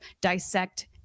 dissect